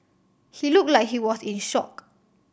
he looked like he was in shock